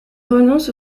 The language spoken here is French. renonce